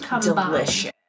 Delicious